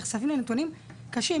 נחשפים לנתונים קשים.